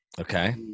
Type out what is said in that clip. Okay